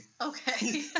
Okay